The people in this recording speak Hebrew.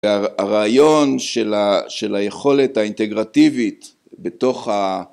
הרעיון של היכולת האינטגרטיבית בתוך ה...